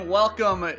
welcome